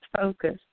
focus